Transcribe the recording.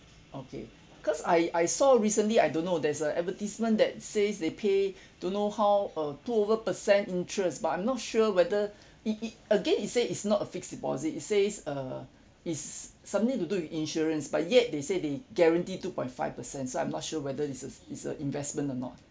okay cause I I saw recently I don't know there's a advertisement that says they pay don't know how uh two over percent interest but I'm not sure whether it it again it say it's not a fixed deposit it says uh is something to do with insurance but yet they say they guarantee two point five percent so I'm not sure whether this is is a investment or not